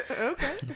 Okay